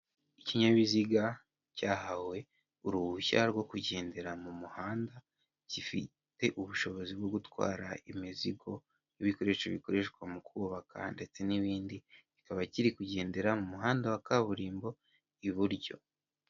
Ikinyabiziga cyahawe uruhushya rwo kugendera mu muhanda, gifite ubushobozi bwo gutwara imizigo n'ibikoresho bikoreshwa mu kubaka ndetse n'ibindi, kikaba kiri kugendera mu muhanda wa kaburimbo iburyo.